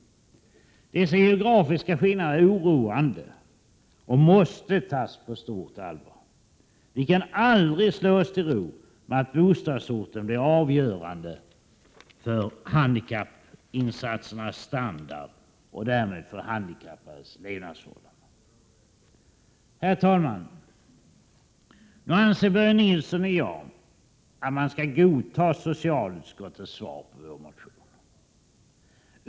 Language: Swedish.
Dessa geografiska skillnader är oroande och måste tas på stort allvar. Vi kan aldrig slå oss till ro med att bostadsorten blir avgörande för handikappinsatsernas standard och därmed för handikappades levnadsförhållanden. Herr talman! Börje Nilsson och jag anser att man nu skall godta socialutskottets svar på vår motion.